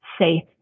safe